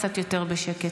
קצת יותר בשקט.